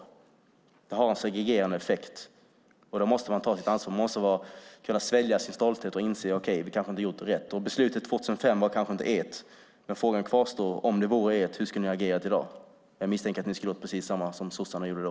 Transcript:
Det har en segregerande effekt, och då måste man ta sitt ansvar. Då måste man kunna svälja sin stolthet och inse att man kanske inte har gjort rätt. Beslutet 2005 var kanske inte ert, men frågan kvarstår: Om det vore ert, hur skulle ni ha agerat i dag? Jag misstänker att ni skulle ha gjort precis detsamma som sossarna gjorde då.